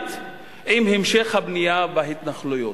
סימולטנית עם המשך הבנייה בהתנחלויות.